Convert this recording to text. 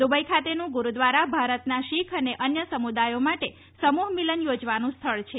Dubai ખાતેનું ગુરૂદ્વારા ભારતના શીખ અને અન્ય સમુદાયો માટે સમૂહ મિલન યોજવાનું સ્થળ છે